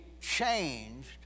changed